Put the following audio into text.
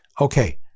Okay